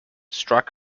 struck